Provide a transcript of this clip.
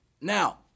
now –